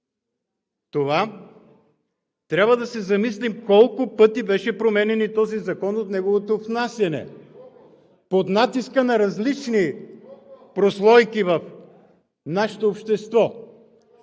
това, трябва да се замислим колко пъти беше променян този закон от неговото внасяне под натиска на различни прослойки в нашето общество.